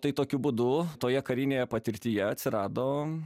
tai tokiu būdu toje karinėje patirtyje atsirado